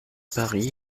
paris